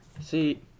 see